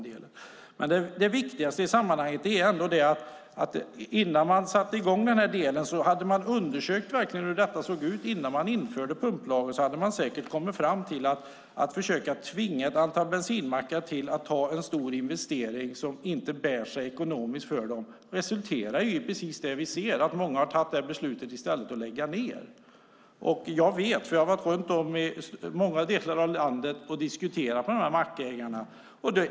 Det viktigaste i sammanhanget är ändå: Hade man verkligen undersökt hur detta såg ut innan man införde pumplagen hade man säkert kommit fram till att ett försök att tvinga ett antal bensinmackar att göra en stor investering som inte bär sig ekonomiskt skulle resultera i precis det vi nu ser, att många i stället har tagit beslutet att lägga ned. Jag vet det, för jag har varit runt om i många delar av landet och diskuterat med mackägarna.